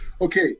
Okay